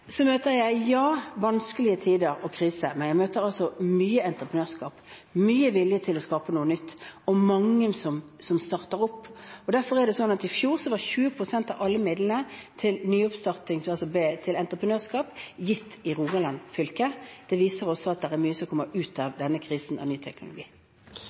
møter jeg vanskelige tider og kriser, men jeg møter også mye entreprenørskap, mye vilje til å skape noe nytt, og mange som starter opp. Derfor ble i fjor 20 pst. av alle midlene til ny oppstart, altså til entreprenørskap, gitt i Rogaland fylke. Det viser at det også er mye ny teknologi som kommer ut